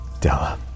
Della